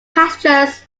passengers